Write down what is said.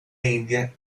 india